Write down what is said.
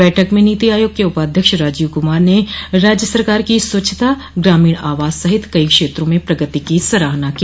बैठक में नीति आयोग के उपाध्यक्ष राजीव कुमार ने राज्य सरकार की स्वच्छता ग्रामीण आवास सहित कई क्षेत्रों में प्रगति की सराहना की